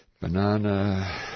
Banana